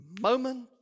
moment